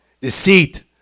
deceit